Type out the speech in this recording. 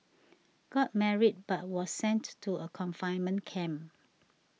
got married but was sent to a confinement camp